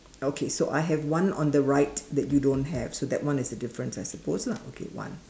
okay so I have one on the right that you don't have so that one is the difference I suppose lah okay one